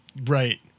Right